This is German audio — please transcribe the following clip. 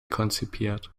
konzipiert